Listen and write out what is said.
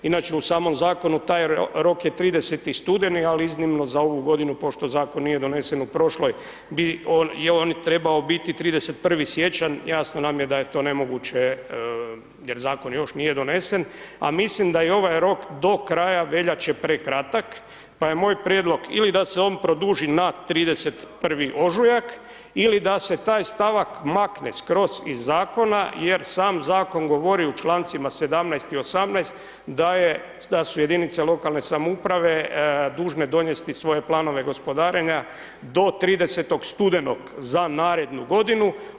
Inače, u samom Zakonu, taj rok je 30. studeni, ali iznimno za ovu godinu, pošto Zakon nije donesen u prošloj, je on trebao biti 31. siječanj, jasno nam je da je to nemoguće jer Zakon još nije donesen, a mislim da je i ovaj rok do kraja veljače, prekratak, pa je moj prijedlog ili da se on produži na 31. ožujak ili da se taj stavak makne skroz iz Zakona jer sam Zakon govori u čl. 17. i 18. da su jedinice lokalne samouprave dužne donesti svoje planove gospodarenja do 30. studenog za narednu godinu.